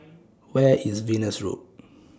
Where IS Venus Road